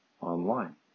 online